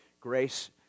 grace